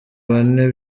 bane